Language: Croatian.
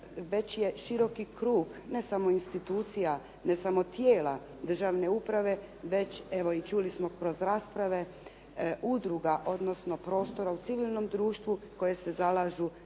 već je široki krug, ne samo institucija, ne samo tijela državne uprave, već evo čuli smo i kroz rasprave udruga, odnosno prostora u civilnom društvu koje se zalažu